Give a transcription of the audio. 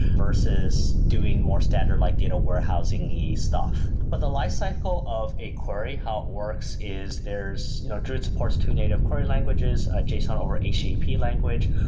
versus doing more standard like data warehousing need stuff but the lifecycle of a query, how it works is there's you know druid supports two native query languages, json over http language,